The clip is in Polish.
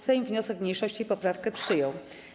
Sejm wniosek mniejszości i poprawkę przyjął.